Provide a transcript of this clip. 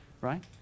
right